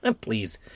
Please